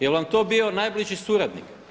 Jel' vam to bio najbliži suradnik?